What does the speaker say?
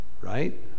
Right